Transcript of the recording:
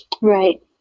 right